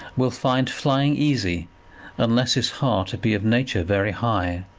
will find flying easy unless his heart be of nature very high.